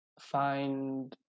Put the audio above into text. find